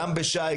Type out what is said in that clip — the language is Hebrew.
גם בש"י,